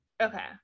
Okay